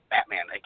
Batman